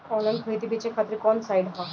Online खरीदे बेचे खातिर कवन साइड ह?